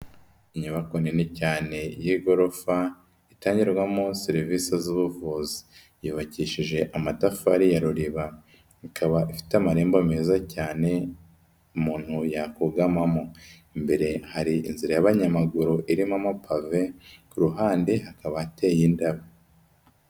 Inyubako nini cyane y'igorofa, itangirwamo serivisi z'ubuvuzi, yubakishije amatafari ya ruriba, ikaba ifite amarembo meza cyane umuntu yakugamamo. Imbere hari inzira y'abanyamaguru irimo amapave, ku ruhande hakaba hateye indabo.